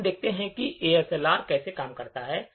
अब हम देखेंगे कि एएसएलआर कैसे काम करता है